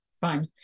fine